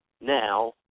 now